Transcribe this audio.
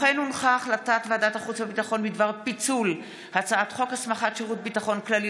הצעת ועדת החוץ והביטחון בדבר פיצול הצעת חוק הסמכת שירות ביטחון כללי